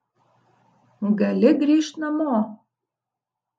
gali grįžt namo